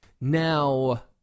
Now